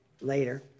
later